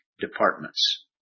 departments